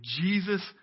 Jesus